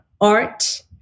art